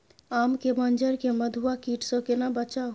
आम के मंजर के मधुआ कीट स केना बचाऊ?